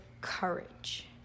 courage